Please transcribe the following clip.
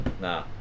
Nah